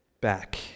back